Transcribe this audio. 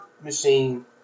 machine